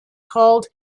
called